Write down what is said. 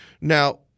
Now